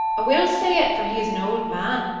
will say it, for he is an old man,